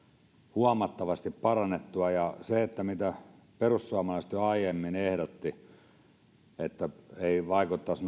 huomattavasti parannettua ja sitä mitä perussuomalaiset jo aiemmin ehdottivat että tämä asia ei vaikuttaisi